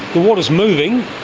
the water is moving,